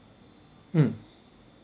mm